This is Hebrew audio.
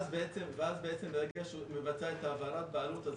ברגע שהוא מבצע את העברת הבעלות,